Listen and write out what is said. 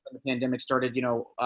the pandemic started you know